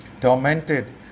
tormented